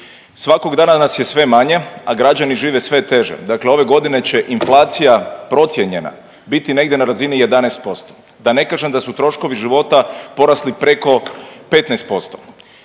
Svakog dana nas je sve manje, a građani žive sve teže. Dakle, ove godine će inflacija procijenjena biti negdje na razini 11%, da ne kažem da su troškovi života porasli preko 15%.